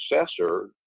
successor